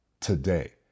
Today